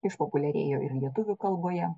išpopuliarėjo ir lietuvių kalboje